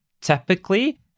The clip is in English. typically